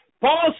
Paul